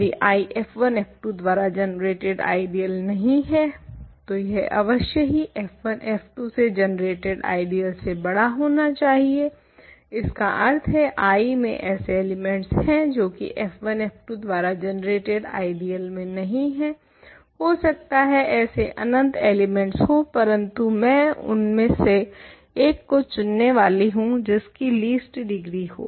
यदि I f1 f2 द्वारा generated ideal नहीं है तो यह अवश्य ही f1f2 से जनरेटेड आइडियल से बड़ा होना चाहिए इसका अर्थ है I में ऐसे एलिमेंट्स हैं जो की f1f2 द्वारा जनरेटेड आइडियल में नहीं हैं हो सकता है ऐसे अनंत एलिमेंट्स हों परन्तु मैं उनमे से एक को चुनने वाली हूँ जिसकी लीस्ट डिग्री हो